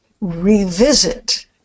revisit